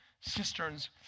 Cisterns